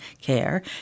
care